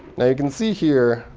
now, you can see here,